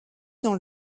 dans